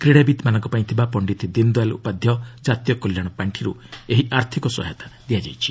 କ୍ରୀଡ଼ାବିତ୍ମାନଙ୍କ ପାଇଁ ଥିବା ପଶ୍ଚିତ ଦିନ୍ ଦୟାଲ୍ ଉପାଧ୍ୟାୟ ଜାତୀୟ କଲ୍ୟାଣ ପାଣ୍ଠିରୁ ଏହି ଆର୍ଥିକ ସହାୟତା ଦିଆଯାଇଛି